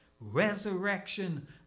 resurrection